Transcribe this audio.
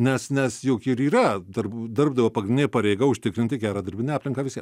nes nes juk ir yra darb darbdavio pagrindinė pareiga užtikrinti gerą darbinę aplinką visiem